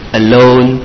alone